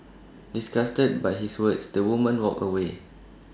disgusted by his words the woman walked away